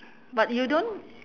but you don't